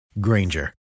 Granger